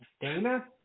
Dana